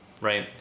right